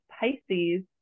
Pisces